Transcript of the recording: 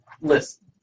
listen